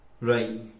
Right